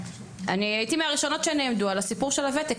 הייתי מהראשונות שנעמדו על הסיפור של הוותק.